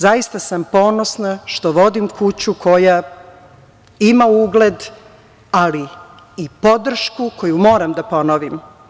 Zaista sam ponosna što vodim kuću koja ima ugled, ali i podršku koju moram da ponovim.